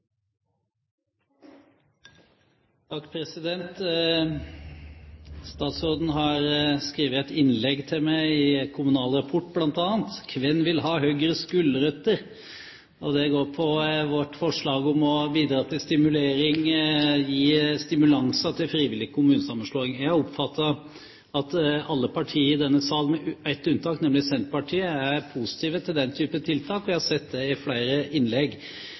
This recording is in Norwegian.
Statsråden har skrevet et innlegg til meg bl.a. i Kommunal Rapport: «Kven vil ha Høgres gulrøtter?» Det går på vårt forslag om å bidra til å gi stimulanser til frivillig kommunesammenslåing. Jeg er opptatt av at alle partier i denne sal – med ett unntak, nemlig Senterpartiet – er positive til den type tiltak. Vi har sett det i flere innlegg.